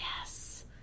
yes